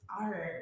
art